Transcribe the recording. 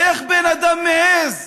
איך בן אדם מעז